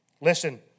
Listen